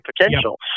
potential